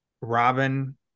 Robin